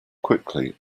quickly